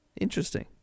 interesting